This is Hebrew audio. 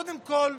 קודם כול,